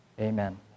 Amen